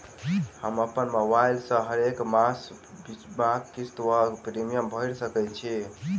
हम अप्पन मोबाइल सँ हरेक मास बीमाक किस्त वा प्रिमियम भैर सकैत छी?